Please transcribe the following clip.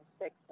six